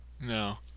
No